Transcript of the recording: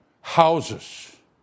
houses